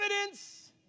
evidence